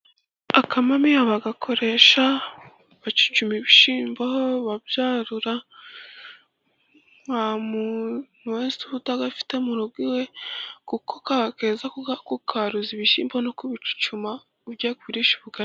Akamamiyo bagakoresha bacucuma ibishyimbo babyarura. Nta muntu wese uba utagafite mu rugo iwe kuko kaba keza kukaruza ibishyimbo no kubicucuma ugiye kurisha ubugari.